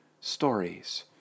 stories